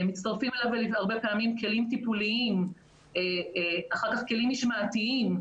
מצטרפים אליו הרבה פעמים כלים טיפוליים ואחר כך כלים משמעתיים.